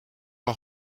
wel